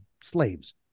slaves